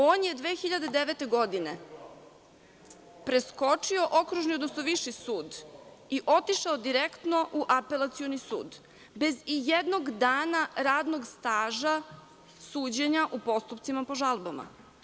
On je 2009. godine preskočio okružni, odnosno viši sud i otišao direktno u Apelacioni sud bez i jednog dana radnog staža, suđenja u postupcima po žalbama.